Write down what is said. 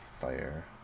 fire